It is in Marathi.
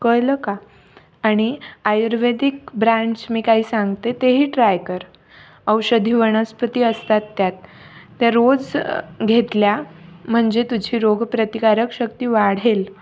कळलं का आणि आयुर्वेदिक ब्रँड्स मी काही सांगते तेही ट्राय कर औषधी वणस्पती असतात त्यात त्या रोज घेतल्या म्हणजे तुझी रोग प्रतिकारक शक्ती वाढेल